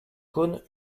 caunes